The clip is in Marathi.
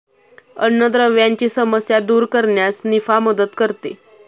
अन्नद्रव्यांची समस्या दूर करण्यास निफा मदत करते